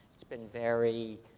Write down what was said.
it's been very